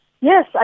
Yes